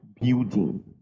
building